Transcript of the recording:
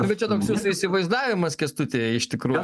bet čia toks jūsų įsivaizdavimas kęstuti iš tikrųjų